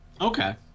Okay